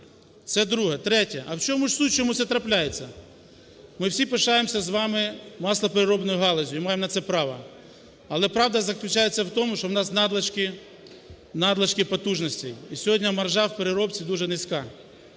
Це друге. Третє. А в чому ж суть? Чому це трапляється? Ми всі пишаємося з вами маслопереробною галуззю, і маємо на це право. Але правда заключається в тому, що у нас надлишки потужностей і сьогодні маржа в переробці дуже низька.